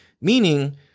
meaning